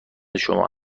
شما